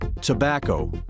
tobacco